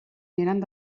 mirant